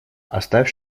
оставь